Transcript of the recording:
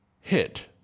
hit